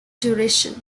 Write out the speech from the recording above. duration